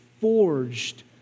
forged